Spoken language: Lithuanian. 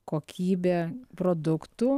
kokybė produktų